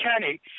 Kenny